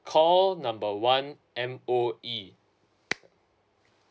call number one M_O_E